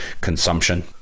consumption